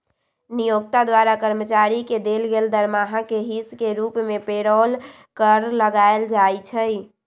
नियोक्ता द्वारा कर्मचारी के देल गेल दरमाहा के हिस के रूप में पेरोल कर लगायल जाइ छइ